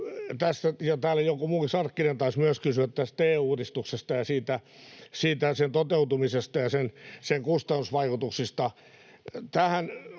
täällä joku muukin, Sarkkinen, taisi myös kysyä tästä TE-uudistuksesta ja sen toteutumisesta ja sen kustannusvaikutuksista.